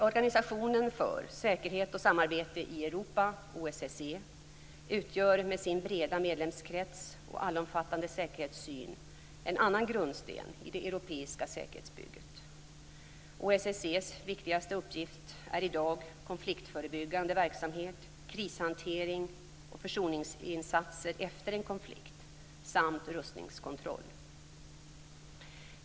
Organisationen för säkerhet och samarbete i Europa, OSSE, utgör med sin breda medlemskrets och allomfattande säkerhetssyn en annan grundsten i det europeiska säkerhetsbygget. OSSE:s viktigaste uppgifter är i dag konfliktförebyggande verksamhet, krishantering och försoningsinsatser efter en konflikt samt rustningskontroll.